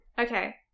Okay